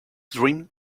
dream